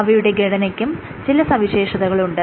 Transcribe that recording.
അവയുടെ ഘടനയ്ക്കും ചില സവിഷശേഷതകളുണ്ട്